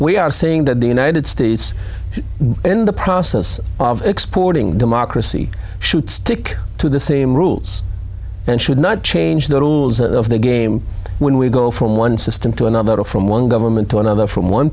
we are saying that the united states in the process of exporting democracy should stick to the same rules and should not change the rules of the game when we go from one system to another from one government to another from one